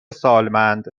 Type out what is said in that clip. سالمند